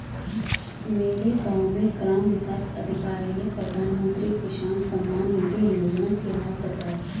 मेरे गांव में ग्राम विकास अधिकारी ने प्रधानमंत्री किसान सम्मान निधि योजना के लाभ बताएं